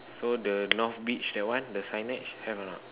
so the north beach that one the signage have or not